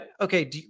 Okay